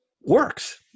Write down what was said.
works